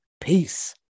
Peace